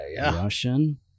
Russian